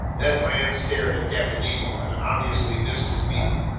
ned land stared at captain nemo and obviously missed his meaning.